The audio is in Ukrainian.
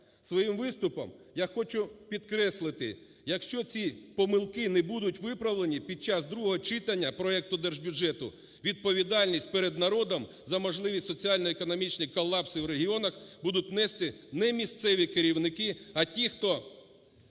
Своїм виступом я хочу підкреслити, якщо ці помилки не будуть виправлені під час другого читання проекту держбюджету, відповідальність перед народом за можливі соціально-економічні колапси в регіонах будуть нести не місцеві керівники, а ті, хто